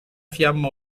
fiamma